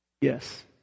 Yes